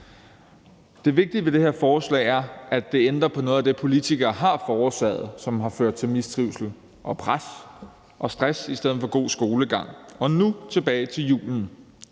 Det vigtige ved det her forslag er, at det ændrer på noget af det, politikere har forårsaget, og som har ført til mistrivsel, pres og stress i stedet for god skolegang. Og nu vil jeg